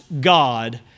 God